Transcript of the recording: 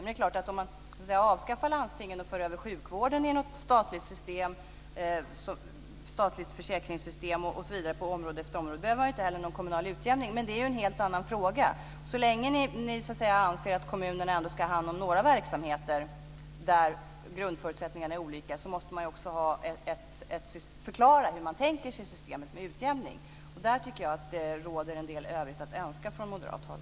Men det är klart att om man avskaffar landstingen och för över sjukvården i något statligt försäkringssystem osv. på område efter område så behöver man inte heller någon kommunal utjämning. Men det är ju en helt annan fråga. Så länge ni anser att kommunerna ändå ska hand om några verksamheter där grundförutsättningarna är olika så måste man också förklara hur man tänker sig systemet med utjämning. Och i fråga om detta tycker jag att det råder en del övrigt att önska från moderat håll.